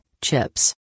chips